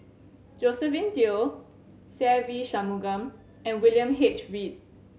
Josephine Teo Se Ve Shanmugam and William H Read